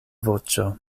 voĉo